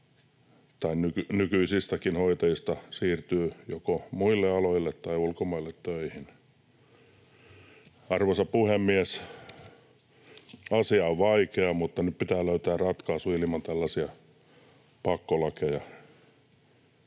moni nykyisistäkin hoitajista siirtyy joko muille aloille tai ulkomaille töihin.” Arvoisa puhemies! Asia on vaikea, mutta nyt pitää löytää ratkaisu ilman tällaisia pakkolakeja.